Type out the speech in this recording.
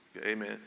amen